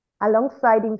alongside